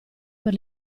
per